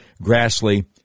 Grassley